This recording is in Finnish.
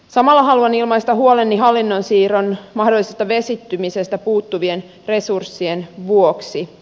samalla haluan ilmaista huoleni hallinnon siirron mahdollisesta vesittymisestä puuttuvien resurssien vuoksi